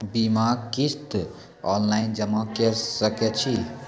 बीमाक किस्त ऑनलाइन जमा कॅ सकै छी?